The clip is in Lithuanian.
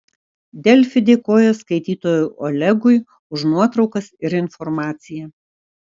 delfi dėkoja skaitytojui olegui už nuotraukas ir informaciją